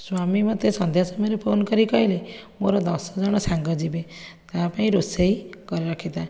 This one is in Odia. ସ୍ୱାମୀ ମୋତେ ସନ୍ଧ୍ୟା ସମୟରେ ଫୋନ କରି କହିଲେ ମୋର ଦଶଜଣ ସାଙ୍ଗ ଯିବେ ତାଙ୍କ ପାଇଁ ରୋଷେଇ କରି ରଖିଥା